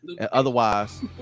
Otherwise